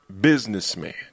businessman